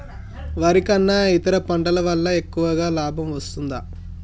వరి కన్నా ఇతర పంటల వల్ల ఎక్కువ లాభం వస్తదా?